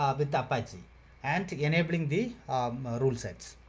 um with apache and enabling the rule sets.